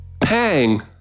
Pang